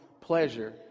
pleasure